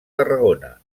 tarragona